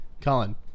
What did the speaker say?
Colin